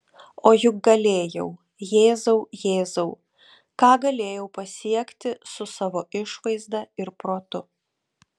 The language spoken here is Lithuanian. o juk galėjau jėzau jėzau ką galėjau pasiekti su savo išvaizda ir protu